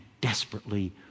desperately